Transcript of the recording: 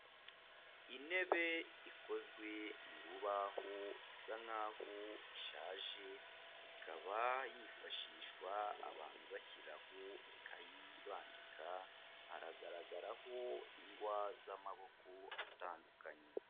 Intebe ikozwe mu rubaho isa naho ishaje, ikaba yifashishwa abantu bashyiraho ikayi bandika hagaragaraho ingwa z'amoko atandukanye.